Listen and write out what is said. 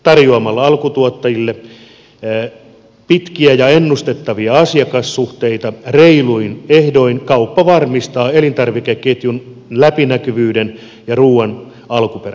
tarjoamalla alkutuottajille pitkiä ja ennustettavia asiakassuhteita reiluin ehdoin kauppa varmistaa elintarvikeketjun läpinäkyvyyden ja ruuan alkuperän